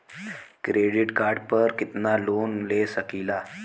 Credit card पर कितनालोन ले सकीला?